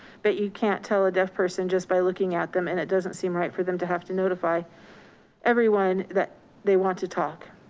but you can't tell a deaf person just by looking at them. and it doesn't seem right for them to have to notify everyone that they want to talk.